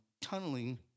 tunneling